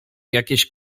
jakieś